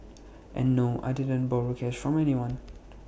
and no I didn't borrow cash from anyone